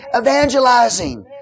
evangelizing